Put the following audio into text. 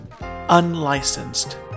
Unlicensed